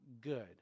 good